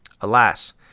Alas